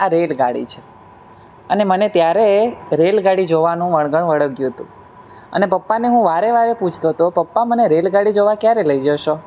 આ રેલગાડી છે અને મને ત્યારે રેલગાડી જોવાનું વણગણ વળગ્યું તું અને પપ્પાને હું વારે વારે પૂછતો તો પપ્પા મને રેલગાડી જોવા ક્યારે લઈ જશો